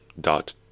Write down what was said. dot